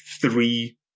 three